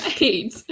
Right